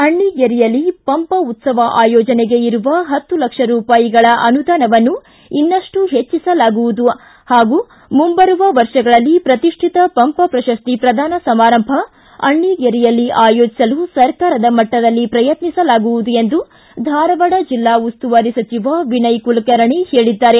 ಅಣ್ಣಿಗೇರಿಯಲ್ಲಿ ಪಂಪ ಉತ್ಸವ ಆಯೋಜನೆಗೆ ಇರುವ ಪತ್ತು ಲಕ್ಷ ರೂಪಾಯಿಗಳ ಅನುದಾನವನ್ನು ಇನ್ನಷ್ಟು ಹೆಚ್ಚಿಸಲಾಗುವುದು ಹಾಗೂ ಮುಂಬರುವ ವರ್ಷಗಳಲ್ಲಿ ಪ್ರತಿಷ್ಠಿತ ಪಂಪ ಪ್ರಶಸ್ತಿ ಪ್ರದಾನ ಸಮಾರಂಭ ಅಣ್ಣಿಗೇರಿಯಲ್ಲಿ ಆಯೋಜಿಸಲು ಸರ್ಕಾರದ ಮಟ್ಟದಲ್ಲಿ ಪ್ರಯತ್ನಿಸಲಾಗುವದು ಎಂದು ಧಾರವಾಡ ಜಿಲ್ಲಾ ಉಸ್ತುವಾರಿ ಸಚಿವ ವಿನಯ್ ಕುಲಕರ್ಣಿ ಹೇಳಿದ್ದಾರೆ